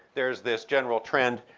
there's this general trend.